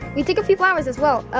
we take a few flowers, as well,